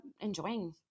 enjoying